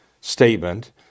statement